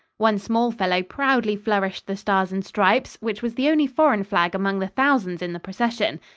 one small fellow proudly flourished the stars and stripes, which was the only foreign flag among the thousands in the procession.